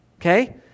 Okay